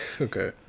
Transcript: Okay